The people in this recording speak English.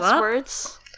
words